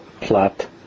plot